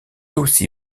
aussi